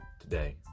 today